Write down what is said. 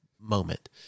moment